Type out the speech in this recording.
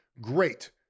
Great